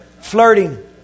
Flirting